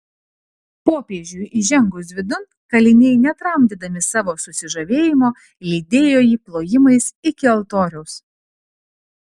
popiežiui įžengus vidun kaliniai netramdydami savo susižavėjimo lydėjo jį plojimais iki altoriaus